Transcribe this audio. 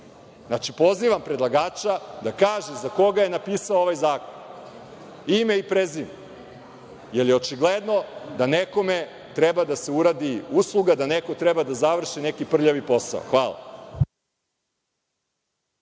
pozivam predlagača da kaže za koga je napisao ovaj zakon, ime i prezime, jer je očigledno da nekome treba da se uradi usluga, da neko treba da završi neki prljavi posao. Hvala.